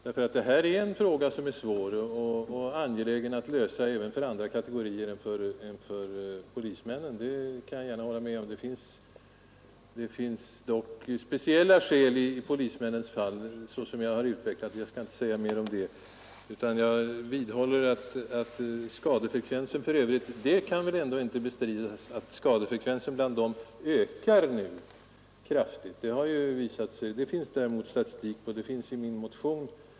Skadeskyddet är en svår fråga, som det är mycket angeläget att få uppklarad även för andra yrkeskategorier än polismännen. Det håller jag gärna med om. Men som jag tidigare utvecklat finns det speciella skäl när det gäller polismännen. Det kan inte bestridas att skadefrekvensen nu ökat kraftigt bland polismännen. Detta finns det statistik på. Den står för övrigt att läsa i min motion.